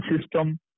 system